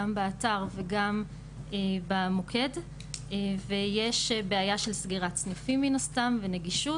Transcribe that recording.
גם באתר וגם במוקד ויש בעיה של סגירת סניפים מן הסתם ונגישות.